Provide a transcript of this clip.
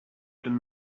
done